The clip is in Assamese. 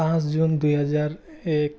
পাঁচ জুন দুই হেজাৰ এক